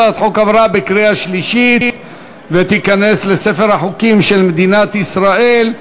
הצעת החוק עברה בקריאה שלישית ותיכנס לספר החוקים של מדינת ישראל.